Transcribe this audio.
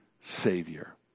Savior